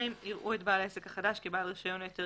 יראו את בעל העסק החדש כבעל רישיון או היתר